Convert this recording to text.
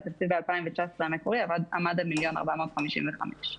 והתקציב ב-2019 עמד על 1.455 מיליון,